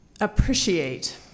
appreciate